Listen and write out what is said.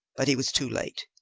but he was too late.